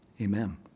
amen